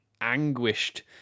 anguished